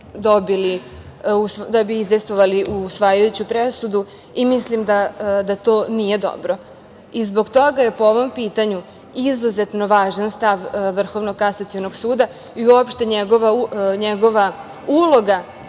podnose da bi izdejstvovali usvajajuću presudu. Mislim da to nije dobro. Zbog toga je po ovom pitanju izuzetno važan stav Vrhovnog kasacionog suda i uopšte njegova uloga